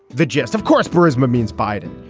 the gist, of course, peresman means biden.